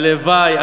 הלוואי,